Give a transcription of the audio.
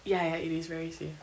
ya ya it is very safe